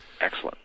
excellent